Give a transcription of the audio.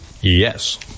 Yes